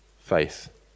faith